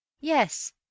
Yes